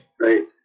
Right